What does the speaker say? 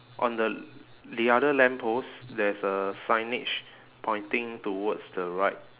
on the the other lamppost there is a signage pointing towards the right